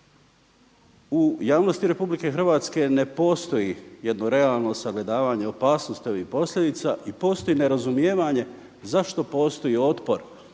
U javnosti RH ne postoji jedno realno sagledavanje opasnosti ovih posljedica i postoji nerazumijevanje zašto postoji otpor